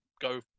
Go